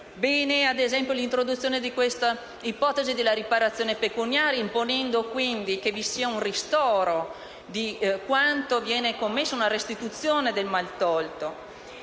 bene, ad esempio, l'introduzione dell'ipotesi della riparazione pecuniaria, imponendo, quindi, che vi sia un ristoro rispetto a quanto viene commesso, una restituzione del maltolto.